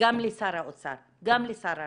גם לשר האוצר, גם לשר הרווחה,